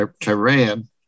Tehran